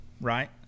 right